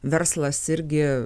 verslas irgi